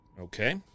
Okay